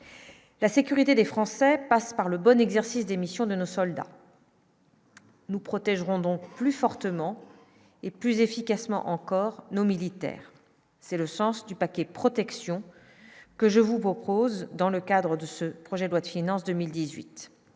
la sécurité des Français passe par le bon exercice d'missions de nos soldats. Nous protégerons donc plus fortement et plus efficacement encore nos militaires, c'est le sens du paquet protection que je vous propose, dans le cadre de ce projet de loi de finances 2018